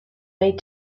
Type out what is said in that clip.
made